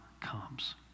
comes